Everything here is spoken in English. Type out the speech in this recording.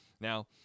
Now